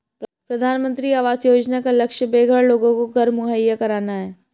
प्रधानमंत्री आवास योजना का लक्ष्य बेघर लोगों को घर मुहैया कराना है